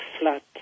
flat